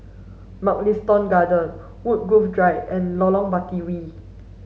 Mugliston Garden Woodgrove Drive and Lorong Batawi